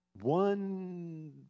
One